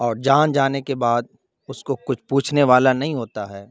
اور جاں جانے کے بعد اس کو کچھ پوچھنے والا نہیں ہوتا ہے